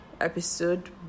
episode